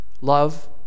love